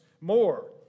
more